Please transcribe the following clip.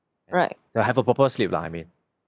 to have a proper sleep lah I mean